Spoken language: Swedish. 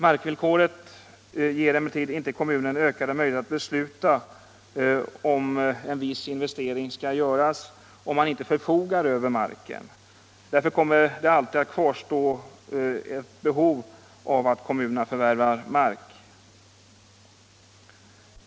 Markvillkoret ger emellertid inte kommunen ökade möjligheter att besluta om att en investering skall göras, om man inte förfogar över marken. Därför kommer det alltid att kvarstå ett behov av att kommunerna förvärvar mark.